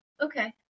Okay